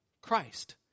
Christ